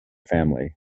family